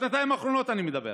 אני מדבר